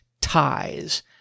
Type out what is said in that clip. ties